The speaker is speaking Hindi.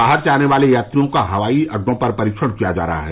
बाहर से आने वाले यात्रियों का हवाई अड्डों पर परीक्षण किया जा रहा है